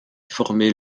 former